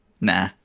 nah